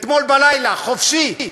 אתמול בלילה, חופשי.